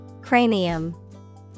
Cranium